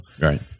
Right